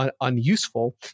unuseful